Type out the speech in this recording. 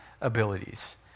abilities